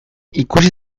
ikusi